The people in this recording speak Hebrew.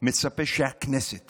מצפה שהכנסת